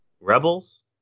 rebels